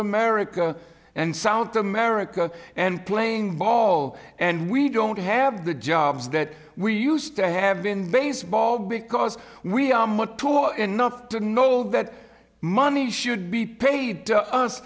america and south america and playing ball and we don't have the jobs that we used to have been baseball because we are mature enough to know that money should be paid